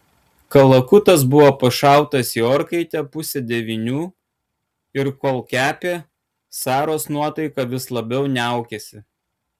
kalakutas buvo pašautas į orkaitę pusę devynių ir kol kepė saros nuotaika vis labiau niaukėsi